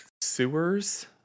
sewers